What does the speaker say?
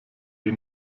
die